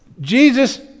jesus